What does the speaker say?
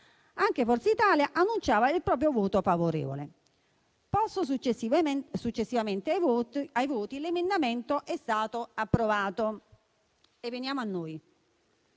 Anche Forza Italia annunciava il proprio voto favorevole e, una volta posto ai voti, l'emendamento è stato approvato. Veniamo a noi: